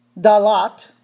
Dalat